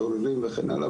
משוררים וכן הלאה.